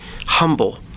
humble